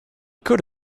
could